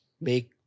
make